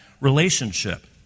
relationship